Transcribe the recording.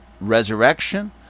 resurrection